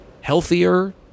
Healthier